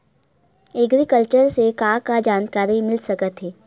Agriculture से का का जानकारी मिल सकत हे?